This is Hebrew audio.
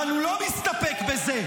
אבל הוא לא מסתפק בזה.